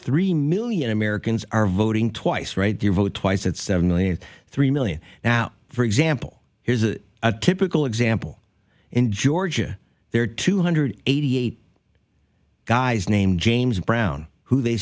three million americans are voting twice right to vote twice it's seven million three million now for example here's a typical example in georgia there are two hundred eighty eight guys named james brown who they